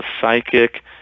psychic